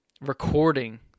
recording